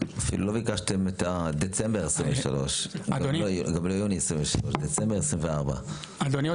אפילו לא ביקשתם את דצמבר 2023. גם לא יוני 2023. דצמבר 2024. אדוני,